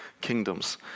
kingdoms